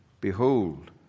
behold